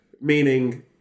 Meaning